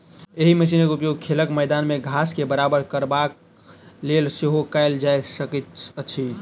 एहि मशीनक उपयोग खेलक मैदान मे घास के बराबर करबाक लेल सेहो कयल जा सकैत अछि